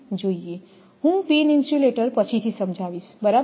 હું pin insulator પછીથી સમજાવીશ બરાબર